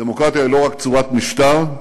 דמוקרטיה היא לא רק צורת משטר,